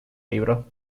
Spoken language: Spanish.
libro